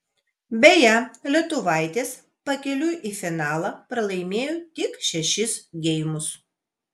beje lietuvaitės pakeliui į finalą pralaimėjo tik šešis geimus